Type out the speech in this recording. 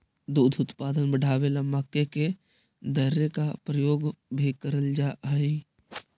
दुग्ध उत्पादन बढ़ावे ला मक्के के दर्रे का प्रयोग भी कराल जा हई